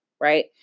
right